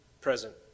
present